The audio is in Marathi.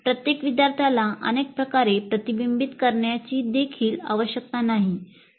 प्रत्येक विद्यार्थ्याला अनेक प्रकारे प्रतिबिंबित करण्याची देखील आवश्यकता नाही